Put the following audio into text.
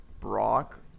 Brock